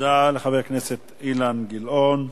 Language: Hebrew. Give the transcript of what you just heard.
תודה לחבר הכנסת אילן גילאון.